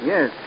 Yes